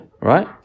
right